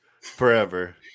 forever